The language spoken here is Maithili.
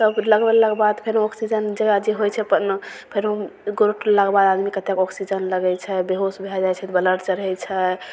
तब लगबेलाक बाद फेनो ऑक्सीजन जकरा जे होइ छै अपना फेरो गोड़ टुटलाके बाद आदमी कते ऑक्सीजन लगय छै बेहोश भए जाइ छै तऽ ब्लड चढ़य छै